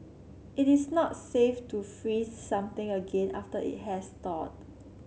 it is not safe to freeze something again after it has thawed